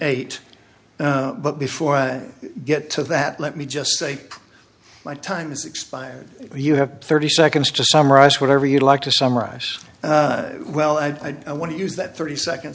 eight but before i get to that let me just say my time is expired you have thirty seconds to summarize whatever you'd like to summarize well i don't want to use that thirty seconds